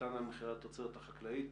והשפעתן על מחירי התוצרת החקלאית.